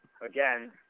Again